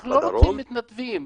אנחנו לא רוצים מתנדבים.